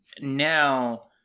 now